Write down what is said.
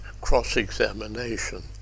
cross-examination